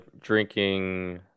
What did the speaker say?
drinking